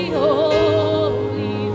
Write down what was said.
holy